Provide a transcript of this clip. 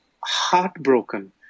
heartbroken